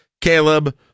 Caleb